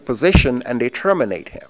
position and they terminate